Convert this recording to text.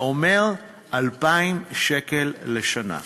זה אומר 2,000 שקל לשנה.